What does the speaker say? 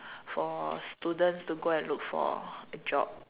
for students to go and look for a job